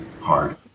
hard